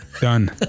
Done